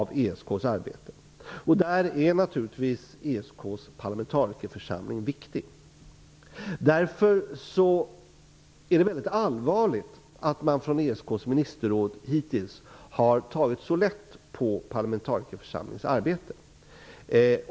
I det sammanhanget är naturligtvis ESK:s parlamentarikerförsamling viktig. Därför är det allvarligt att man i ESK:s ministerråd hittills har tagit så lätt på parlamentarikerförsamlingens arbete.